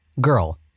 Girl